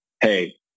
hey